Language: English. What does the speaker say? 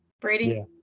Brady